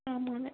ஆமாங்க